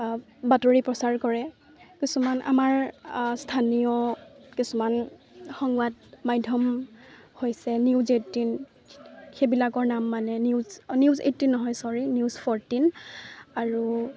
বাতৰি প্ৰচাৰ কৰে কিছুমান আমাৰ স্থানীয় কিছুমান সংবাদ মাধ্যম হৈছে নিউজ এইটিন সেইবিলাকৰ নাম মানে নিউজ নিউজ এইটিন নহয় ছ'ৰি নিউজ ফৰটিন আৰু